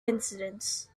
incidents